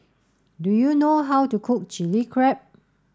do you know how to cook Chili Crab